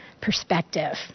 perspective